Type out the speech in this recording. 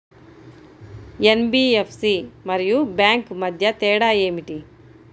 NBFC మరియు bank మధ్య తేడా ఏమిటీ?